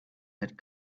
had